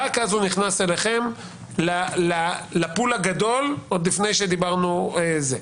רק אז הוא נכנס אליכם לפול הגדול עוד לפני שדיברנו על זה.